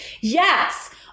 Yes